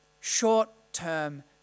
short-term